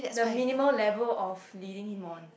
the minimal level of leading him on